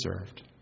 deserved